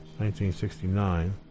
1969